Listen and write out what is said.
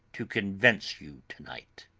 to convince you to-night.